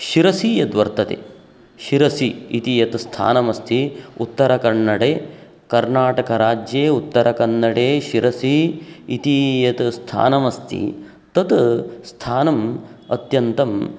शिरसि यद्वर्तते शिरसि इति यत् स्थानमस्ति उत्तरकन्नडे कर्नाटकराज्ये उत्तरकन्नडे शिरसि इति यत् स्थानमस्ति तत् स्थानम् अत्यन्तं